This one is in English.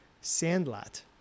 Sandlot